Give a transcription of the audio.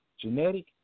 genetic